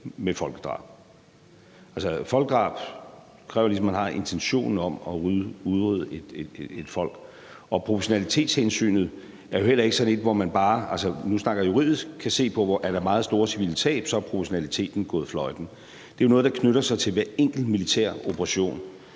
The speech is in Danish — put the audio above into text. folkedrab kræver ligesom, at man har intentionen om at udrydde et folk. Og proportionalitetshensynet er jo heller ikke sådan et, hvor man bare – nu snakker jeg juridisk – kan sige, at hvis der er meget store civile tab, er proportionaliteten gået fløjten. Det er jo noget, der knytter sig til hver enkelt militæroperation.